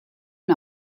and